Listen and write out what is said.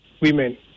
women